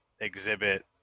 exhibit